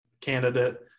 candidate